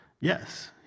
Yes